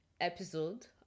episode